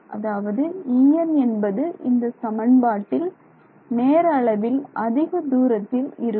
அதாவது En என்பது இந்த சமன்பாட்டில் நேர அளவில் அதிக தூரத்தில் இருக்கும்